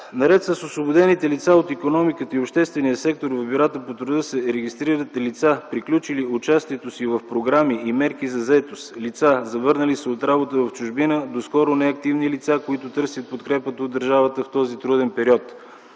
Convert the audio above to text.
Наред с освободените лица от икономиката и обществения сектор в бюрата по труда се регистрират и лица, приключили участието си в програми и мерки за заетост; лица, завърнали се от работа в чужбина, доскоро неактивни лица, които търсят подкрепа от държавата в този труден период.